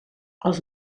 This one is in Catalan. els